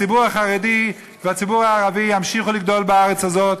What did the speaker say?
הציבור החרדי והציבור הערבי ימשיכו לגדול בארץ הזאת,